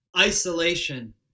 Isolation